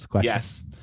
Yes